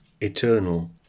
eternal